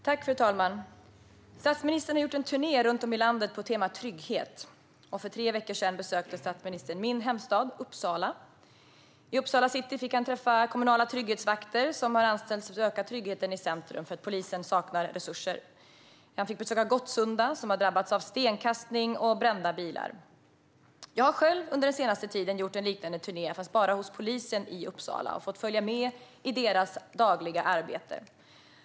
Fru talman! Statsministern har gjort en turné runt om i landet med temat trygghet. För tre veckor sedan besökte han min hemstad Uppsala. I Uppsala city fick statsministern träffa kommunala trygghetsvakter, som har anställts för att öka tryggheten i centrum då polisen saknar resurser. Han fick besöka Gottsunda, som har drabbats av stenkastning och brända bilar. Jag har under den senaste tiden själv gjort en liknande turné, fast bara hos polisen i Uppsala. Jag har fått följa med i deras dagliga arbete.